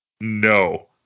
No